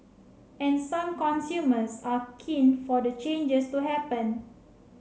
and some consumers are keen for the changes to happen